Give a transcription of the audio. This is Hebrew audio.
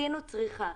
הקטינו צריכה.